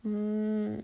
mm